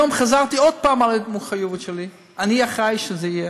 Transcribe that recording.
היום חזרתי עוד פעם על המחויבות שלי: אני אחראי שזה יהיה,